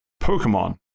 Pokemon